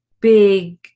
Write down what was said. big